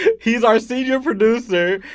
he's our senior producer,